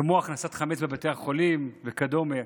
כמו הכנסת חמץ לבתי החולים וכדומה.